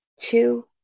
two